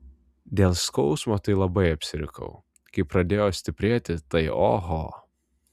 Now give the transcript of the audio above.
dėl skausmo tai labai apsirikau kai pradėjo stiprėti tai oho